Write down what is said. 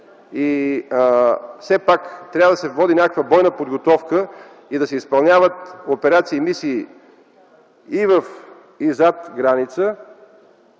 живее и да се води някаква бойна подготовка, да се изпълняват операции и мисии и зад граница.